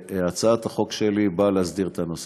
הצעת החוק שלי באה להסדיר את הנושא.